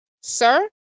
sir